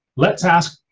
let's ask.